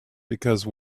because